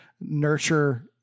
nurture